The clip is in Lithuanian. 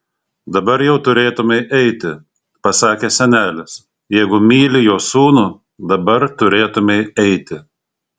dabar jau turėtumei eiti pasakė senelis jeigu myli jo sūnų dabar turėtumei eiti